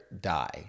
die